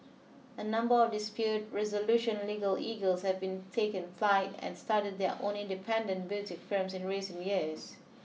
a number of dispute resolution legal eagles have been taken flight and started their own independent boutique firms in recent years